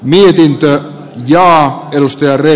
mietintö ja abielusjärven